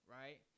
right